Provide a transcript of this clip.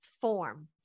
form